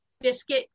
biscuit